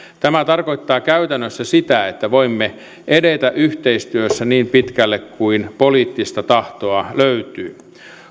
tämä tarkoittaa käytännössä sitä että voimme edetä yhteistyössä niin pitkälle kuin poliittista tahtoa löytyy